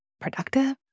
productive